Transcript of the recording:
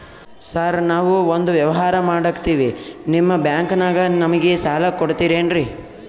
Sir ನಾವು ಒಂದು ವ್ಯವಹಾರ ಮಾಡಕ್ತಿವಿ ನಿಮ್ಮ ಬ್ಯಾಂಕನಾಗ ನಮಿಗೆ ಸಾಲ ಕೊಡ್ತಿರೇನ್ರಿ?